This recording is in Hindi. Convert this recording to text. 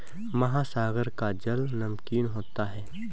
महासागर का जल नमकीन होता है